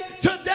today